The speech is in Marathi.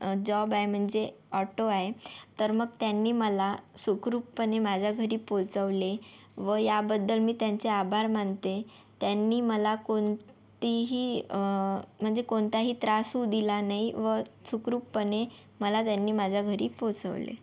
जॉब आहे म्हणजे ऑटो आहे तर मग त्यांनी मला सुखरूपपणे माझ्या घरी पोचवले व याबद्दल मी त्यांचे आभार मानते त्यांनी मला कोणतीही म्हणजे कोणताही त्रास होऊ दिला नाही व सुखरूपपणे मला त्यांनी माझ्या घरी पोचवले